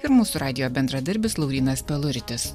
ir mūsų radijo bendradarbis laurynas peluritis